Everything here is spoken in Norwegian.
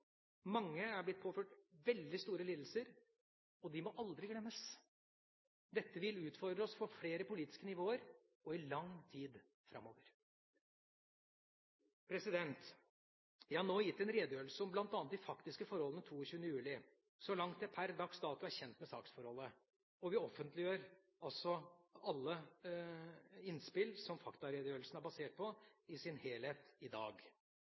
Mange er blitt påført veldig store lidelser, og de må aldri glemmes. Dette vil utfordre oss på flere politiske nivåer og i lang tid framover. Jeg har nå gitt en redegjørelse om bl.a. de faktiske forholdene 22. juli, så langt jeg per dags dato er kjent med saksforholdet, og vi offentliggjør altså alle innspill som faktaredegjørelsen er basert på, i sin helhet i dag.